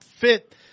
fit